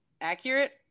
accurate